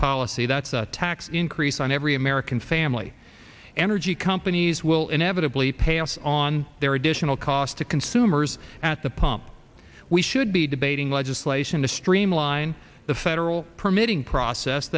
policy that's a tax increase on every american family energy companies will inevitably pass on their additional cost to consumers at the pump we should be debating legislation to streamline the federal permitting process